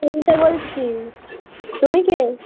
টুম্পা বলছি তুমি কে